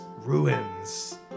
ruins